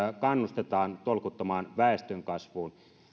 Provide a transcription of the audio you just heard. kannustetaan tolkuttomaan väestönkasvuun